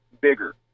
bigger